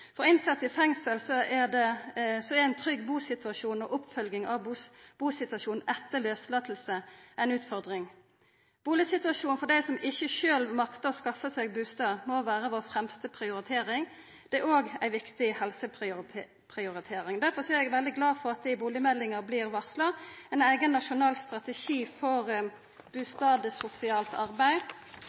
For innsette i fengsel er ein trygg busituasjon og oppfølging av busituasjonen etter lauslating ei utfordring. Bustadsituasjonen for dei som ikkje sjølve maktar å skaffa seg bustad, må vera vår fremste prioritering. Det er òg ei viktig helseprioritering. Derfor er eg veldig glad for at det vert varsla ein eigen nasjonal strategi for bustadsosialt arbeid